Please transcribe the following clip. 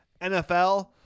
NFL